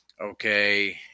okay